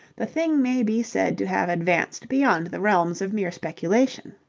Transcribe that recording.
the thing may be said to have advanced beyond the realms of mere speculation.